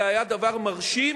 זה היה דבר מרשים,